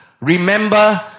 Remember